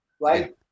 right